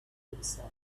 himself